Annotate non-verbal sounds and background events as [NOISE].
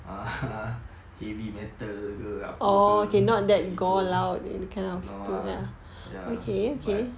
err [LAUGHS] heavy metal ke apa ke macam gitu no lah ya but